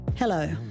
Hello